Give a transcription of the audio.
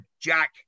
Jack